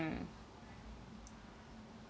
mm